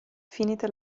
finita